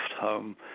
home